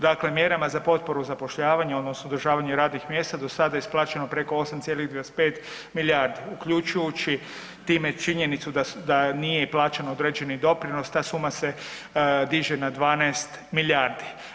Dakle, mjerama za potporu zapošljavanja odnosno zadržavanju radnih mjesta, do sada je isplaćeno preko 8,25 milijardi uključujući time činjenicu da nije i plaćen određeni doprinos, ta suma se diže na 12 milijardi.